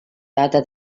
data